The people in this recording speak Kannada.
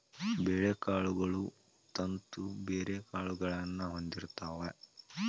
ಬೇಳೆಕಾಳುಗಳು ತಂತು ಬೇರುಗಳನ್ನಾ ಹೊಂದಿರ್ತಾವ